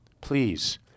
Please